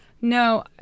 No